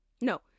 No